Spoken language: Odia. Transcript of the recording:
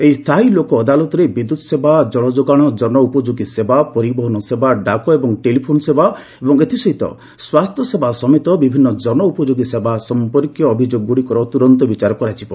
ଏହି ସ୍ତାୟୀ ଲୋକ ଅଦାଲତରେ ବିଦ୍ୟୁତ୍ ସେବା ଜଳଯୋଗାଶ ଜନ ଉପଯୋଗୀ ସେବା ପରିବହନ ସେବା ଡାକ ଓ ଟେଲିଫୋନ୍ ସେବା ଏବଂ ସ୍ୱାସ୍ସ୍ୟ ସେବା ସମେତ ବିଭିନ୍ନ ଜନ ଉପଯୋଗୀ ସେବା ସମ୍ମର୍କୀୟ ଅଭିଯୋଗ ଗୁଡ଼ିକର ତୁରନ୍ତ ବିଚାର କରାଯିବ